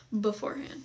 beforehand